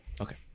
okay